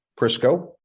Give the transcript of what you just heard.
Prisco